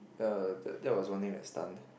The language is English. ya that that was one thing that stunned